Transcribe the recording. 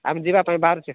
ଆମେ ଯିବା ପାଇଁ ବାହାରୁଛେ